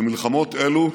במלחמות אלו,